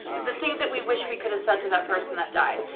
the things that we wish we could decide to that person that died,